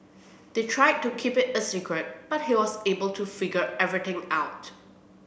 they tried to keep it a secret but he was able to figure everything out